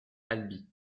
albi